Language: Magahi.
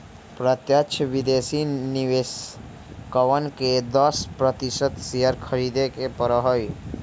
प्रत्यक्ष विदेशी निवेशकवन के दस प्रतिशत शेयर खरीदे पड़ा हई